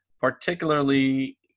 particularly